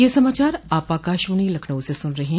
ब्रे क यह समाचार आप आकाशवाणी लखनऊ से सुन रहे हैं